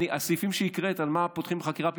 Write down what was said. הסעיפים שהקראת על מה פותחים בחקירה פלילית,